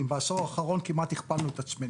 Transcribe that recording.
ובעשור האחרון כמעט שהכפלנו את המספר.